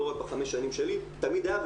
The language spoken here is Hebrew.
לא רק בחמש שנים שלי, תמיד היה.